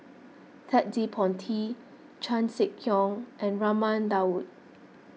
Ted De Ponti Chan Sek Keong and Raman Daud